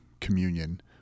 communion